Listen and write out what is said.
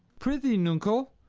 pr'ythee, nuncle,